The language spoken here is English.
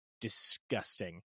disgusting